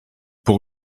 pour